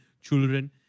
children